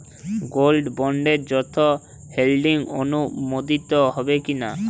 Gold বন্ডে যৌথ holding অনুমোদিত হবে কিনা?